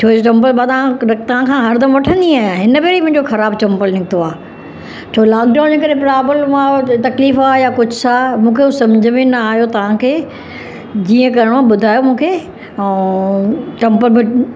छोजो चम्पलु मां तां तव्हांखां हर दफ़ा वठंदी आहियां हिन बार ई मुंहिंजो ख़राबु चम्पलु निकितो आहे छो लॉकडाउन जे करे प्रॉब्लम आहे तकलीफ़ आहे या कुझु आहे मूंखे उहो सम्झ में न आहियो तव्हांखे जीअं करिणो आहे ॿुधायो मूंखे ऐं चम्पल बि